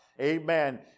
Amen